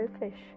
selfish